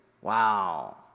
Wow